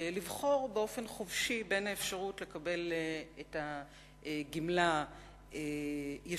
לבחור באופן חופשי בין האפשרות לקבל את הגמלה ישירות